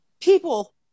people